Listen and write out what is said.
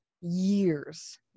years